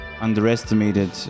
underestimated